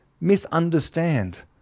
misunderstand